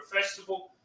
Festival